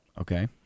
Okay